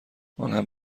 آنهم